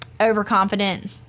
overconfident